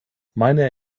meine